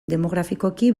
demografikoki